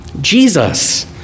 Jesus